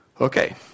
Okay